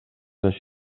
així